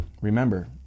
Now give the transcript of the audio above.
Remember